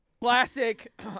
classic